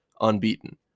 unbeaten